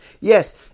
yes